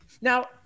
Now